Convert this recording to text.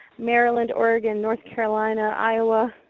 maryland, oregon, north carolina, iowa,